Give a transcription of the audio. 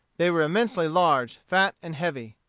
they were immensely large, fat, and heavy.